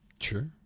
Sure